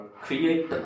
Create